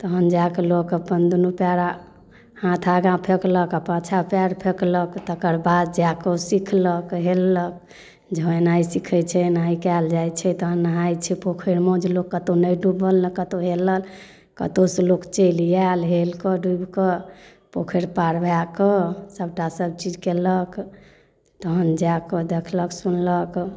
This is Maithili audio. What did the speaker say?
तहन जाकऽ लोक अपन दुनू पयर हाथ आगाँ फेकलक आओर पाछाँ पयर फेकलक तकर बाद जाकऽ ओ सिखलक हेललक जे हाँ एनाही सीखै छै एनाही कयल जाइ छै तहन नहाइ छै पोखरिमे जे लोक कतौ नहि डुबल नहि कतौ हेलल कतौसँ लोक चलि आयल हेलकऽ डुबिकऽ पोखरि पार भए कऽ सभटा सभचीज कयलक तहन जाकऽ देखलक सुनलक